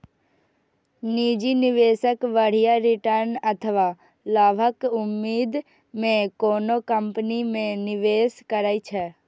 निजी निवेशक बढ़िया रिटर्न अथवा लाभक उम्मीद मे कोनो कंपनी मे निवेश करै छै